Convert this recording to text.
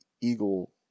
Eagle